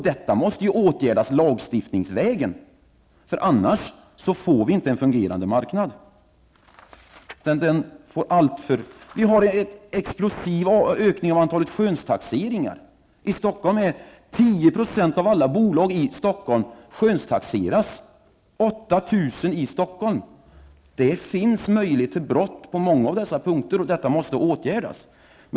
Detta måste åtgärdas lagstiftningsvägen, för annars fungerar inte marknaden. Det sker en explosiv ökning av antalet skönstaxeringar. I Stockholm skönstaxeras 10 %, eller 8 000, av alla bolag. Här finns i många fall möjligheter att begå brott, och detta måste åtgärdas.